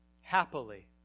Happily